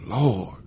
Lord